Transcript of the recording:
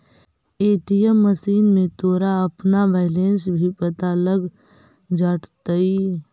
ATM machine में तोरा अपना बैलन्स भी पता लग जाटतइ